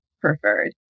preferred